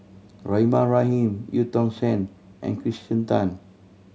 Rahimah Rahim Eu Tong Sen and Kirsten Tan